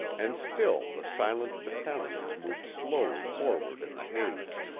and still the silent battalions moved slowly forward in the haze.